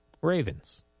Ravens